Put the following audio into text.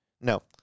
No